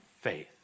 Faith